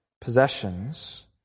possessions